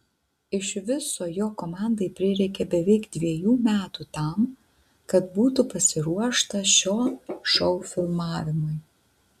iš viso jo komandai prireikė beveik dviejų metų tam kad būtų pasiruošta šio šou filmavimui